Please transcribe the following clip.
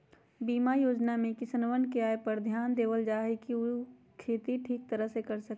बीमा योजना में किसनवन के आय पर ध्यान देवल जाहई ताकि ऊ खेती ठीक तरह से कर सके